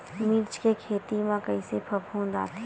मिर्च के खेती म कइसे फफूंद आथे?